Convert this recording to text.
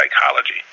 psychology